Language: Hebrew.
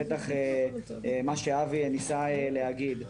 בטח מה שאבי ניסה להגיד.